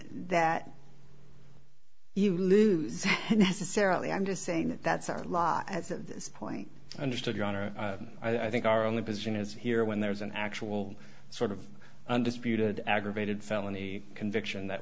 that you lose necessarily i'm just saying that that's our law as of this point i understood your honor i think our only position is here when there's an actual sort of undisputed aggravated felony conviction that